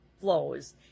flows